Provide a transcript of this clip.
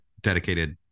dedicated